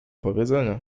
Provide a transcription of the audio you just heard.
powiedzenia